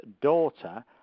daughter